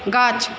গাছ